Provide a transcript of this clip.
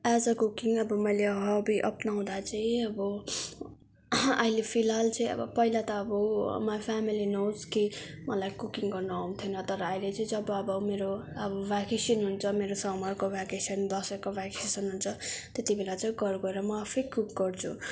as a cooking अब मैले hobby अप्नाउँदा चाहिँ अब अहिले फिलहाल चाहिँ अब पहिला त अब माई फ्यामेली नोज कि मलाई कुकिङ गर्नु आउँथेन तर अहिले चाहिँ जब अब मेरो अब भ्याकेसन हुन्छ मेरो समरको भ्याकेसन दसैँको भ्याकेसन हुन्छ त्यतिबेला चाहिँ घर गएर म आफै कुक गर्छु